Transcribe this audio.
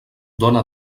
dóna